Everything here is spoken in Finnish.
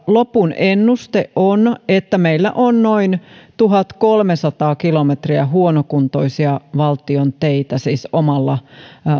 lopun ennuste on että meillä on noin tuhatkolmesataa kilometriä huonokuntoisia valtion teitä siis omalla